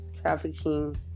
trafficking